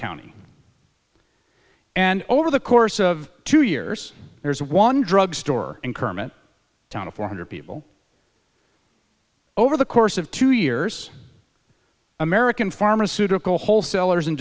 county and over the course of two years there's one drugstore and kermit town of four hundred people over the course of two years american pharmaceutical wholesalers